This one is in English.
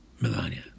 Melania